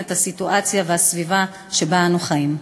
את הסיטואציה והסביבה שבה אנו חיים.